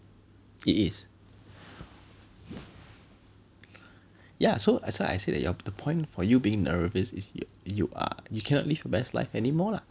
it is yeah so that's why I said the point for you being nervous is you are you cannot live your best life anymore lah